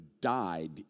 died